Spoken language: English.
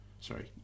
sorry